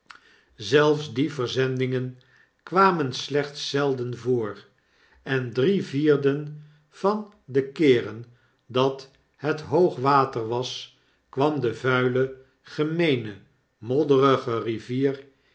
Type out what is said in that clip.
zelfs die verzendingen kwamen slechts zelden voor en drie vierden van de keeren dat het hoog water was kwam de vuile gemeene modderige rivier